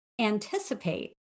anticipate